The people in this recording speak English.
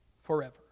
forever